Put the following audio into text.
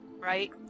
Right